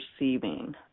receiving